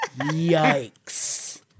Yikes